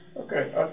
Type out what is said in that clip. Okay